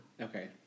Okay